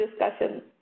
discussion